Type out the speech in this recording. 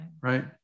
Right